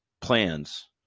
plans